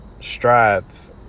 strides